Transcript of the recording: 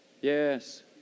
Yes